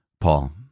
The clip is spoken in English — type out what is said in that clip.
Paul